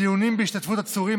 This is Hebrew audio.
דיונים בהשתתפות עצורים,